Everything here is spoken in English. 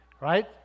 right